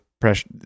pressure